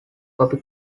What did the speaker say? copy